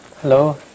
Hello